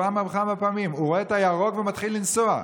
כמה וכמה פעמים הוא רואה את הירוק ומתחיל לנסוע.